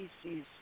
species